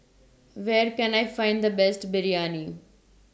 Where Can I Find The Best Biryani